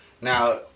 Now